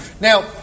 Now